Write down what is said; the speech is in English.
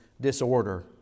disorder